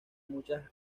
muchas